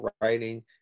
writing